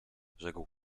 rzekł